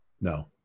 no